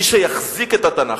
מי שיחזיק את התנ"ך,